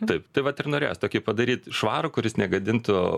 taip tai vat ir norėjos tokį padaryt švarų kuris negadintų